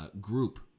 group